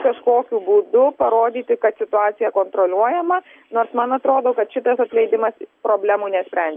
kažkokiu būdu parodyti kad situacija kontroliuojama nors man atrodo kad šitas atleidimas problemų nesprendžia